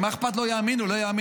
מה אכפת לו אם יאמינו או לא יאמינו?